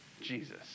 Jesus